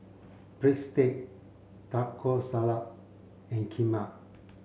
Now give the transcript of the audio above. Breadstick Taco Salad and Kheema